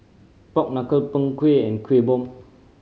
pork knuckle Png Kueh and Kueh Bom